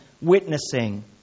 witnessing